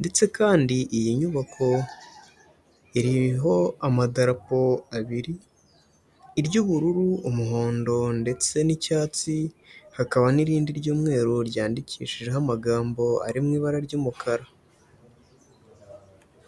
Ndetse kandi iyi nyubako iriho amadarapo abiri, iry'ubururu, umuhondo ndetse n'icyatsi, hakaba n'irindi ry'umweru ryandikishijeho amagambo ari mu ibara ry'umukara.